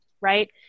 right